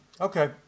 okay